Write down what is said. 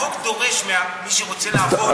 החוק דורש ממי שרוצה לעבוד בקייטנה,